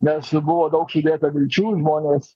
nes buvo daug įdėta vilčių žmonės